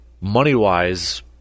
money-wise